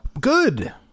Good